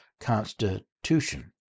Constitution